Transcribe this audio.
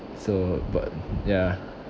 so but ya